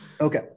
okay